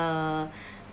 err